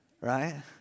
Right